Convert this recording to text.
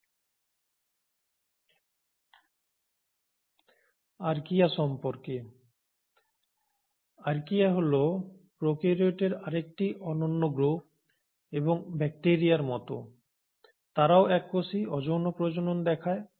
archaea সম্পর্কে archaea হল প্রোক্যারিওটের আরেকটি অনন্য গ্রুপ এবং ব্যাকটেরিয়ার মতো তারাও এককোষী অযৌন প্রজনন দেখায়